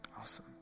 Awesome